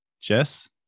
Jess